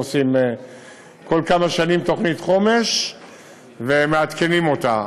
שם היו עושים כל כמה שנים תוכנית חומש ומעדכנים אותה.